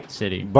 city